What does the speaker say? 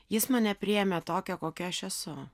jis mane priėmė tokią kokia aš esu